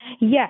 Yes